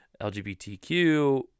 LGBTQ